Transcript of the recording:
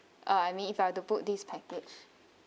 ah I mean if I were to book this package